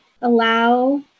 allow